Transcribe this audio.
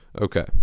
Okay